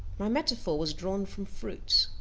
my metaphor was drawn from fruits.